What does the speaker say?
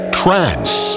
trance